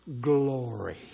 Glory